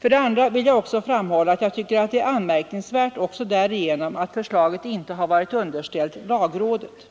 Vidare vill jag framhålla att jag tycker det är anmärkningsvärt också därigenom att förslaget inte har varit underställt lagrådet.